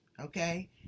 okay